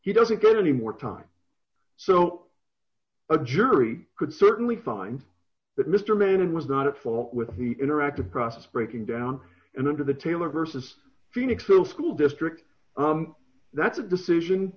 he doesn't get any more time so a jury could certainly find that mister manning was not at fault with the interactive process breaking down and under the taylor versus phoenix a school district that's a decision